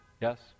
Yes